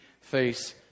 face